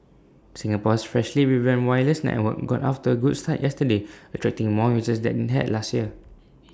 Singapore's freshly revamped wireless network got off to A good start yesterday attracting more users than IT had last year